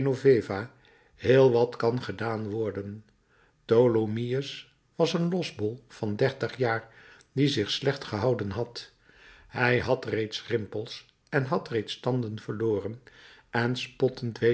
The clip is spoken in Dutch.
heel wat kan gedaan worden tholomyès was een losbol van dertig jaar die zich slecht gehouden had hij had reeds rimpels en had reeds tanden verloren en spottend